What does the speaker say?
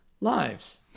lives